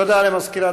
תודה למזכירת